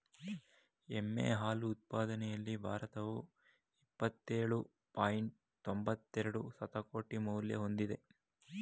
ಎಮ್ಮೆ ಹಾಲು ಉತ್ಪಾದನೆಯಲ್ಲಿ ಭಾರತವು ಇಪ್ಪತ್ತೇಳು ಪಾಯಿಂಟ್ ತೊಂಬತ್ತೆರೆಡು ಶತಕೋಟಿ ಮೌಲ್ಯ ಹೊಂದಿದೆ